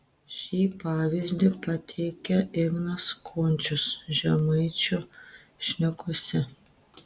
šį pavyzdį pateikia ignas končius žemaičio šnekose